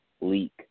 Leak